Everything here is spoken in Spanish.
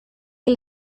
que